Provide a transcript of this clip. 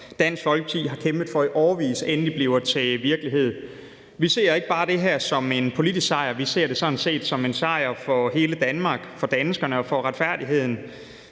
Dansk Folkeparti har kæmpet for i årevis, endelig bliver til virkelighed. Vi ser ikke det her som bare en politisk sejr; vi siger det sådan set som en sejr for hele Danmark, for danskerne og for retfærdigheden.